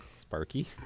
sparky